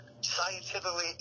Scientifically